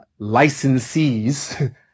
licensees